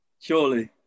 Surely